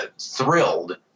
thrilled